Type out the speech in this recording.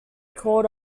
called